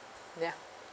ya